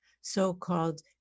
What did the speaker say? so-called